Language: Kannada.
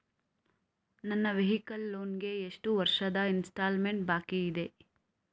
ನನ್ನ ವೈಕಲ್ ಲೋನ್ ಗೆ ಎಷ್ಟು ವರ್ಷದ ಇನ್ಸ್ಟಾಲ್ಮೆಂಟ್ ಬಾಕಿ ಇದೆ?